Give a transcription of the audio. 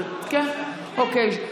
כן, אוקיי.